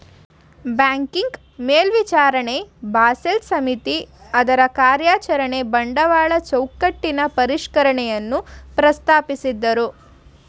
banking ಮೇಲ್ವಿಚಾರಣೆ Basel ಸಮಿತಿ ಅದ್ರಕಾರ್ಯಚರಣೆ ಬಂಡವಾಳ ಚೌಕಟ್ಟಿನ ಪರಿಷ್ಕರಣೆಯನ್ನ ಪ್ರಸ್ತಾಪಿಸಿದ್ದ್ರು